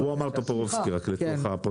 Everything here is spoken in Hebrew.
הוא אמר טופורובסקי, לפרוטוקול.